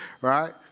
Right